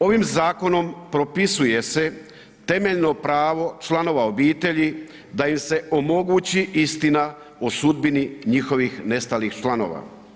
Ovim zakonom propisuje se temeljno pravo članova obitelji da im se omogući istina o sudbini njihovih nestalih članova.